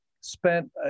spent